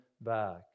back